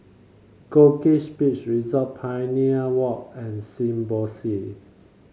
Goldkist Beach Resort Pioneer Walk and Symbiosis